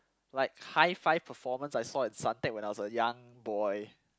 like high five performance I saw at Suntec when I was a young boy